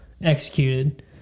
executed